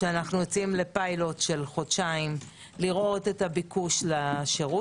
שאנו יוצאים לפילוט של חודשיים לראות את הביקוש לשירות.